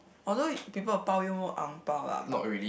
although people will 包 you more 红包:hongbao lah but